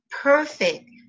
perfect